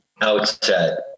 outset